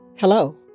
Hello